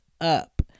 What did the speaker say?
up